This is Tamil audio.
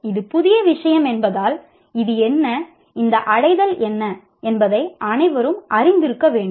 இது புதிய விஷயம் என்பதால் இது என்ன இந்த அடைதல் என்ன என்பதை அனைவரும் அறிந்திருக்க வேண்டும்